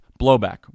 blowback